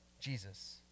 Jesus